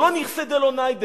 זה לא נכסי דלא ניידי,